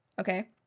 Okay